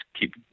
keep